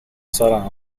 sarà